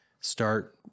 start